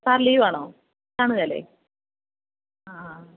sir ലീവാണോ കാണുകേലേ